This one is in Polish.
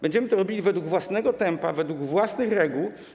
Będziemy to robili według własnego tempa, według własnych reguł.